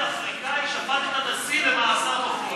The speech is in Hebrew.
מתי בזמן משטר האפרטהייד שופט אפריקני שפט את הנשיא למאסר בפועל?